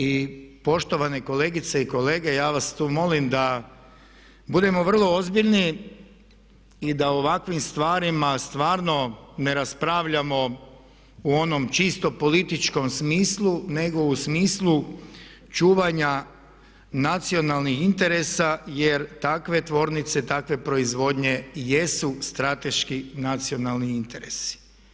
I poštovane kolegice i kolege ja vas tu molim da budemo vrlo ozbiljni i da o ovakvim stvarima stvarno ne raspravljamo u onom čisto političkom smislu nego u smislu čuvanja nacionalnih interesa jer takve tvornice, takve proizvodnje jesu strateški nacionalni interesi.